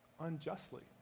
unjustly